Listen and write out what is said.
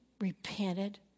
repented